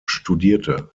studierte